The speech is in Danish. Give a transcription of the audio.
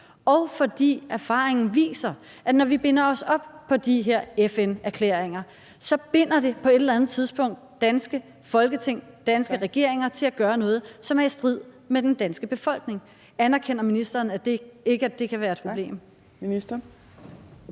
fordi erfaringen viser, at når vi binder os op på de her FN-erklæringer, binder det på et eller andet tidspunkt danske Folketing, danske regeringer til at gøre noget, som er i strid med den danske befolknings holdning. Anerkender ministeren ikke, at det kan være et problem?